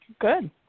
Good